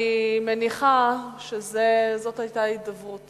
אני מניחה שזו היתה ההידברות